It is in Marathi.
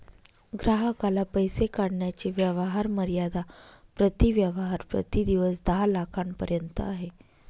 ग्राहकाला पैसे काढण्याची व्यवहार मर्यादा प्रति व्यवहार प्रति दिवस दहा लाखांपर्यंत आहे